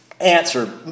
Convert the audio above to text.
answer